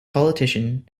politician